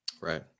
Right